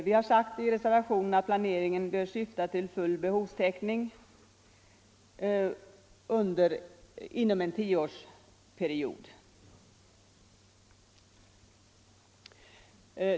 Vi har sagt i reservationen att planeringen bör syfta till full behovstäckning inom en tioårsperiod.